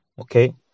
okay